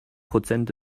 prozent